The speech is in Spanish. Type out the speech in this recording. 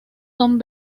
son